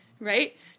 right